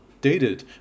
dated